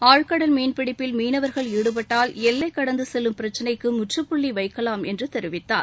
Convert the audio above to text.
ஆழ்கடல் மீன்பிடிப்பில் மீனவர்கள் ஈடுபட்டால் எல்லை கடந்துசெல்லும் பிரச்சினைக்கு முற்றுப்புள்ளி வைக்கலாம் என்று கூறினார்